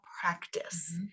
practice